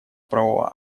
правового